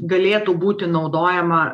galėtų būti naudojama